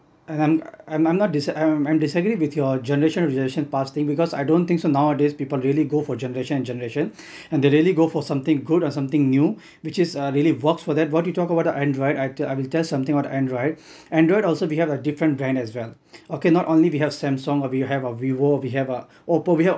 and I'm I'm not disag~ I disagree with your generation relation past thing because I don't think so nowadays people really go for generation and generation and they really go for something good or something new which is uh really works for that what you talk about android I will tell something about android android also we have a different brand as well okay not only we have samsung or we have uh vivo we have uh oppo we have